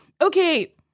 Okay